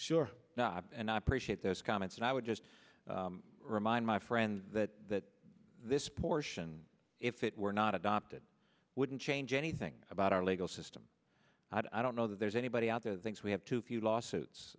sure and i appreciate those comments and i would just remind my friend that that this portion if it were not adopted wouldn't change anything about our legal system i don't know that there's anybody out there thinks we have too few lawsuits